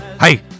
hey